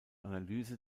analyse